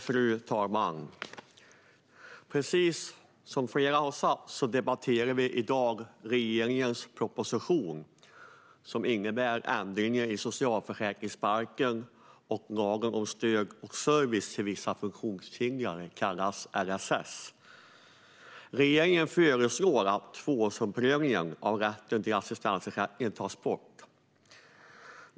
Fru talman! Precis som flera har sagt debatterar vi i dag regeringens proposition där det föreslås ändringar i socialförsäkringsbalken och lagen om stöd och service till vissa funktionshindrade - LSS. Regeringen föreslår att tvåårsomprövningen av rätten till assistansersättning tas bort.